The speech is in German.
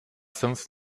fünf